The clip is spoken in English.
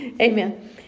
Amen